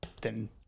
then-